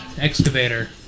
excavator